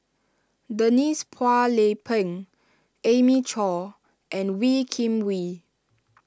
Denise Phua Lay Peng Amy Chore and Wee Kim Wee